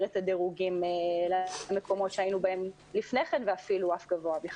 את הדירוגים למקומות שהיינו בהם לפני כן ואפילו אף גבוה מכך.